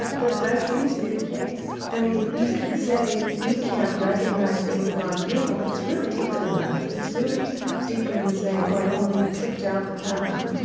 that that does seem to be the case. i mean you could say we can't recognize things that aren't beautiful but it's really deeper than that. it's really deeper than saying oh i only picked out the pattern.